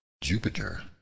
Jupiter